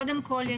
קודם כל,